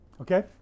Okay